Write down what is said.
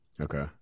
Okay